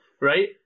right